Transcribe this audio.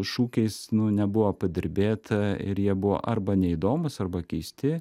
šūkiais nu nebuvo padirbėta ir jie buvo arba neįdomūs arba keisti